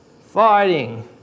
fighting